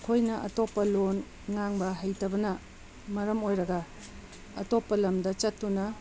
ꯑꯩꯈꯣꯏꯅ ꯑꯇꯣꯞꯄ ꯂꯣꯟ ꯉꯥꯡꯕ ꯍꯩꯇꯕꯅ ꯃꯔꯝ ꯑꯣꯏꯔꯒ ꯑꯇꯣꯞꯄ ꯂꯝꯗ ꯆꯠꯇꯨꯅ